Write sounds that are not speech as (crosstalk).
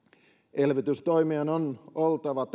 elvytystoimien on oltava (unintelligible)